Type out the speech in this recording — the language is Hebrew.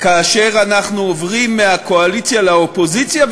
כאשר אנחנו עוברים מהקואליציה לאופוזיציה,